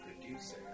producer